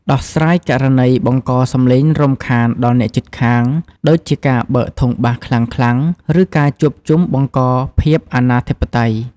ដោះស្រាយករណីបង្កសំឡេងរំខានដល់អ្នកជិតខាង ដូចជាការបើកធុងបាសខ្លាំងៗ ឬការជួបជុំបង្កភាពអនាធិបតេយ្យ។